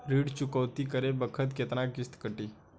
ऋण चुकौती करे बखत केतना किस्त कटी?